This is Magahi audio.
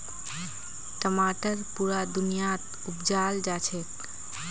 टमाटर पुरा दुनियात उपजाल जाछेक